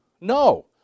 No